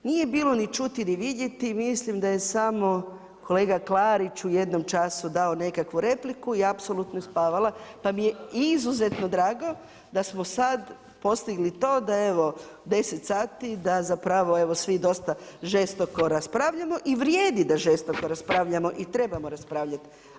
Nije bilo ni čuti ni vidjeti mislim da je samo kolega Klarić u jednom času dao nekakvu repliku i apsolutno je spavala, pa mi je izuzetno drago da smo sada postigli to da evo 10 sati da zapravo evo svi dosta žestoko raspravljamo i vrijedi da žestoko raspravljamo i trebamo raspravljati.